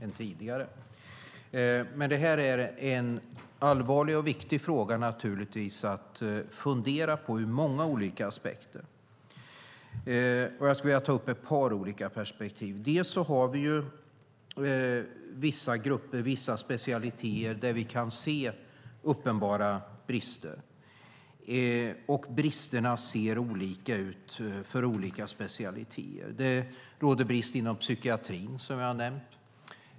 Men detta är naturligtvis en allvarlig och viktig fråga att fundera på ur många olika aspekter. Jag skulle vilja ta upp ett par olika perspektiv. Det finns vissa grupper och specialiteter där vi kan se uppenbara brister, och bristerna ser olika ut för olika specialiteter. Det råder brist inom psykiatrin, som jag nämnde.